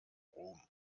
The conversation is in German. ruhm